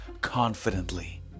confidently